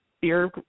beer